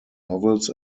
novels